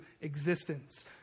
existence